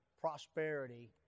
prosperity